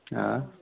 آ